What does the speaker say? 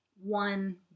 one